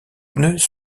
pneus